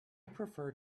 prefer